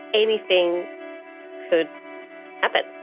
anything could happen.